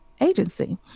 agency